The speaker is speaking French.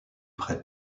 près